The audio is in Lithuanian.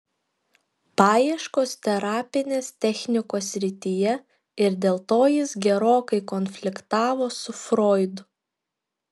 paieškos terapinės technikos srityje ir dėl to jis gerokai konfliktavo su froidu